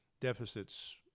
deficits